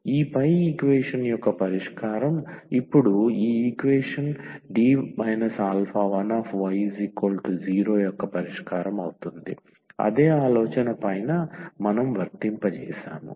ఈ పై ఈక్వేషన్ యొక్క పరిష్కారం ఇప్పుడు ఈ ఈక్వేషన్ y0యొక్క పరిష్కారం అవుతుంది అదే ఆలోచన పైన మనం వర్తింపజేసాము